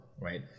right